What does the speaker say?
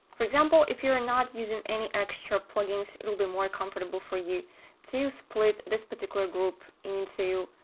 for example, if you are not using any extra plugins, it will be more comfortable for you to split this particular group into